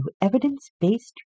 Evidence-Based